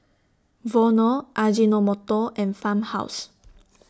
Vono Ajinomoto and Farmhouse